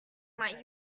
might